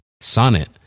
Sonnet